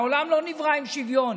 העולם לא נברא עם שוויון.